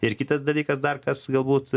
ir kitas dalykas dar kas galbūt